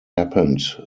happened